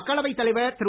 மக்களவைத் தலைவர் திரு